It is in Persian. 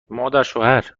مادرشوهرچشمت